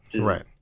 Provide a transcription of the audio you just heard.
Right